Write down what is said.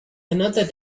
another